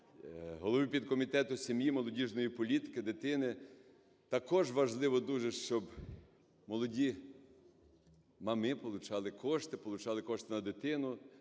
голові підкомітету сім'ї, молодіжної політики, дитини також важливо дуже, щоб молоді мами получали кошти, получали кошти на дитину